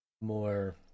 more